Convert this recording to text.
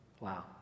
Wow